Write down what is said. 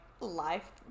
life